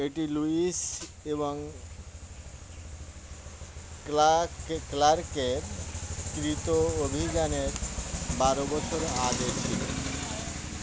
এটি লুইস এবং ক্লার্কের কৃত অভিযানের বারো বছর আগে ছিল